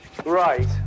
Right